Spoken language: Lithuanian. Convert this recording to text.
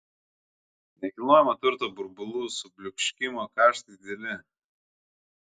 nekilnojamojo turto burbulų subliūškimo kaštai dideli